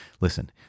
Listen